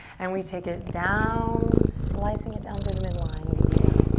and we take it down, slicing it down through the midline as you breathe out.